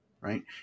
right